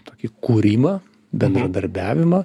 tokį kūrimą bendradarbiavimą